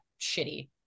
shitty